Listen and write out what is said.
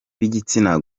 b’igitsina